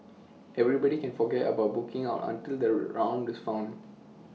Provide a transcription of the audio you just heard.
everybody can forget about booking out until the round is found